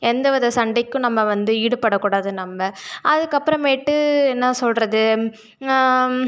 எந்த வித சண்டைக்கும் நம்ம வந்து ஈடுபடக்கூடாது நம்ப அதுக்கப்புறமேட்டு என்ன சொல்வது